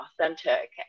authentic